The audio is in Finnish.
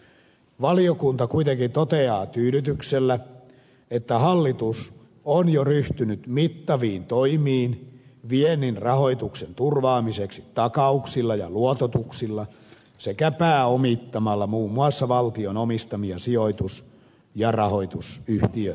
valiokunta kuitenkin toteaa tyydytyksellä että hallitus on jo ryhtynyt mittaviin toimiin viennin rahoituksen turvaamiseksi takauksilla ja luototuksilla sekä pääomittamalla muun muassa valtion omistamia sijoitus ja rahoitusyhtiöitä